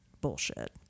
bullshit